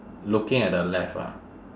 looking at the left ah